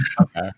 Okay